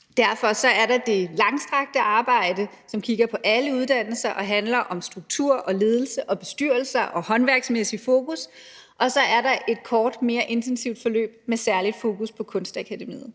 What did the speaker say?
Dernæst er der det langstrakte arbejde, som kigger på alle uddannelser og handler om struktur og ledelse og bestyrelser og håndværksmæssigt fokus – og så er der et kort, mere intensivt forløb med særligt fokus på Kunstakademiet.